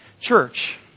church